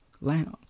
Lounge